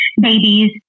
babies